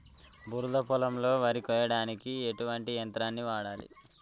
బురద పొలంలో వరి కొయ్యడానికి ఎటువంటి యంత్రాన్ని వాడాలి?